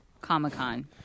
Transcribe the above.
Comic-Con